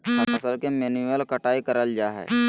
फसल के मैन्युअल कटाय कराल जा हइ